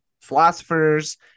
philosophers